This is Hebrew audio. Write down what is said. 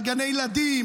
על גני ילדים,